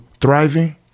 thriving